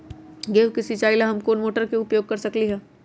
गेंहू के सिचाई ला हम कोंन मोटर के उपयोग कर सकली ह?